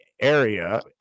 area